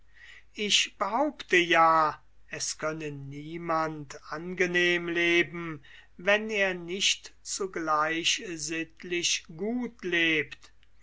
ich behaupte ja es könne niemand angenehm leben wenn er nicht zugleich sittlich gut lebt